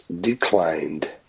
declined